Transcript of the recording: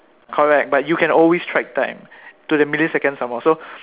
correct but you can always track time to the millisecond some more so